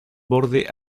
borde